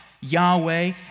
Yahweh